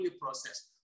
processed